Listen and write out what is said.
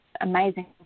amazing